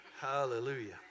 Hallelujah